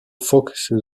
focuses